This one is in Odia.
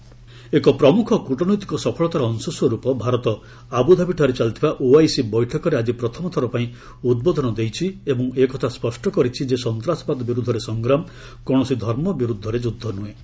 ସ୍ୱରାଜ ଓଆଇସି ଏକ ପ୍ରମୁଖ କୃଟନୈତିକ ସଫଳତାର ଅଂଶସ୍ୱରୂପ ଭାରତ ଆବୁଧାବିଠାରେ ଚାଲିଥିବା ଓଆଇସି ବୈଠକରେ ଆଜି ପ୍ରଥମ ଥରପାଇଁ ଉଦ୍ବୋଧନ ଦେଇଛି ଏବଂ ଏକଥା ସ୍ୱଷ୍ଟ କରିଛି ଯେ ସନ୍ତାସବାଦ ବିରୋଧରେ ସଂଗ୍ରାମ କୌଣସି ଧର୍ମ ବିରୁଦ୍ଧରେ ଯୁଦ୍ଧ ନୁହେଁ